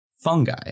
fungi